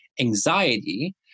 anxiety